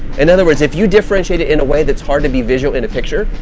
in other words, if you differentiate it in a way that's hard to be visual in a picture,